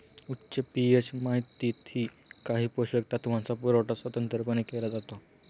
उच्च पी.एच मातीतही काही पोषक तत्वांचा पुरवठा स्वतंत्रपणे केला जातो